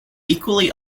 equally